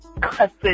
cussing